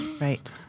Right